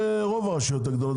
ברוב הרשויות הגדולות.